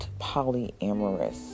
polyamorous